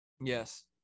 Yes